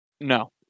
No